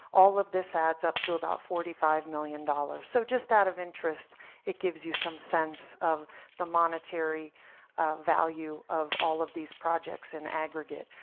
all of this adds up to about forty five million dollars. so just out of interest it gives you some sense of the monetary value of all of these projects in aggregate.